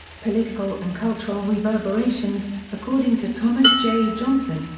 political and cultural reverberations according to thomas j. johnson,